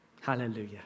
Hallelujah